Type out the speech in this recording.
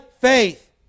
faith